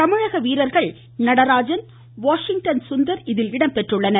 தமிழக வீரர்கள் நடராஜன் வாஷிங்டன் சுந்தர் இதில் இடம்பெற்றுள்ளனர்